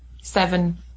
seven